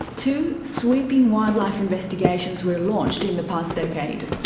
two sweeping wildlife investigations were launched in the past decade.